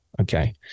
okay